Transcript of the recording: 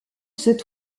cet